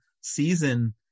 season